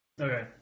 Okay